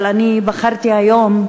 אבל אני בחרתי היום,